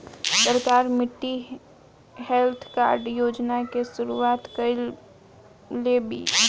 सरकार मिट्टी health card योजना के शुरूआत काइले बिआ